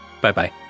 Bye-bye